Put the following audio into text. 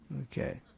Okay